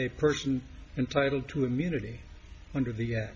a person and title to immunity under the